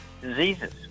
diseases